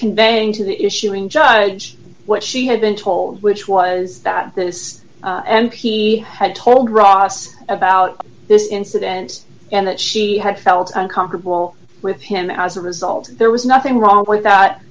conveying to the issuing judge what she had been told which was that this and he had told ross about this incidence and that she had felt uncomfortable with him as a result there was nothing wrong with that